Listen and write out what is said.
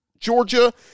Georgia